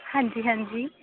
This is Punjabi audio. ਹਾਂਜੀ ਹਾਂਜੀ